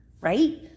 right